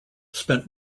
spent